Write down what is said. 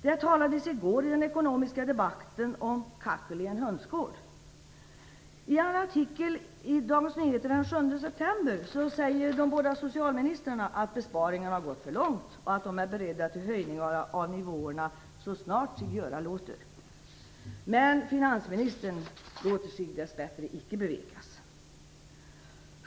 Det talades i går i den ekonomiska debatten om "kackel i en hönsgård". I en artikel i Dagens Nyheter den 7 september säger de båda socialministrarna att besparingarna har gått för långt och att de är beredda till höjningar av nivåerna så snart det sig göra låter. Men finansministern låter sig dess bättre icke bevekas.